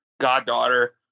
goddaughter